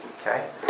Okay